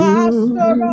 Master